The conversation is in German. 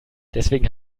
deswegen